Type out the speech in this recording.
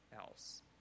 else